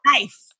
life